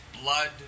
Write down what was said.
Blood